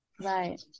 Right